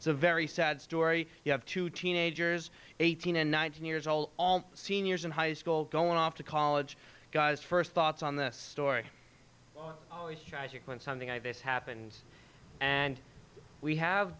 so a very sad story you have two teenagers eighteen and nineteen years old all seniors in high school going off to college guys first thoughts on the story always tragic when something like this happens and we have